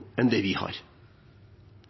enn tiårene vi har